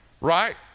right